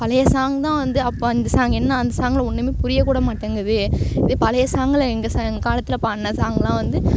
பழையை சாங் தான் வந்து அப்போ இந்த சாங் என்ன அந்த சாங்கில் ஒன்றுமே புரியக்கூட மாட்டங்கிது இதே பழையை சாங்கில் எங்கள் சா காலத்தில் பாட்டுன சாங்லான் வந்து